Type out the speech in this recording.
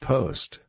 Post